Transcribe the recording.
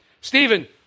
Stephen